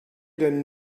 denn